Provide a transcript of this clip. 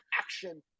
action